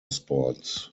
sports